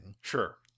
Sure